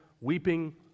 weeping